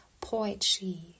poetry